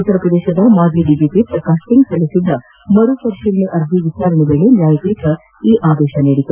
ಉತ್ತರ ಪ್ರದೇಶದ ಮಾಜಿ ಡಿಜಿಪಿ ಪ್ರಕಾಶ್ ಸಿಂಗ್ ಸಲ್ಲಿಸಿದ್ದ ಮರುಪರಿಶೀಲನಾ ಅರ್ಜಿ ವಿಚಾರಣೆ ನಡೆಸಿ ನ್ಯಾಯಪೀಠ ಈ ಆದೇಶ ನೀಡಿದೆ